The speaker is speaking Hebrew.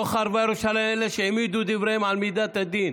לא חרבה ירושלים אלא שהעמידו דבריהם על מידת הדין.